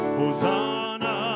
hosanna